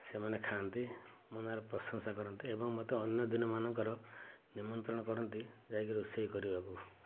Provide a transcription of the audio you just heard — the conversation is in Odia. ସେମାନେ ଖାଆନ୍ତି ମୋ ନାଁରେ ପ୍ରସଂଶା କରନ୍ତି ଏବଂ ମତେ ଅନ୍ୟ ଦିନ ମାନଙ୍କର ନିମନ୍ତ୍ରଣ କରନ୍ତି ଯାଇକି ରୋଷେଇ କରିବାକୁ